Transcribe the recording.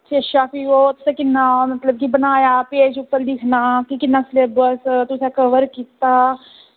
अच्छा भी ओह् किन्ना बनाया पेज़ उप्पर ते लिखना की तुसें किन्ना सलेब्स कवर कीता